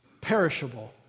Perishable